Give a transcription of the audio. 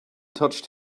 touched